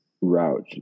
route